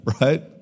right